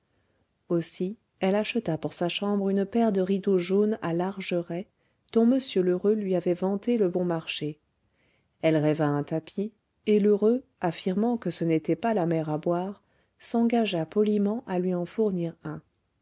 aussi elle acheta pour sa chambre une paire de rideaux jaunes à larges raies dont m lheureux lui avait vanté le bon marché elle rêva un tapis et lheureux affirmant que ce n'était pas la mer à boire s'engagea poliment à lui en fournir un